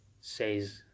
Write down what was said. says